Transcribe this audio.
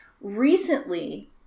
recently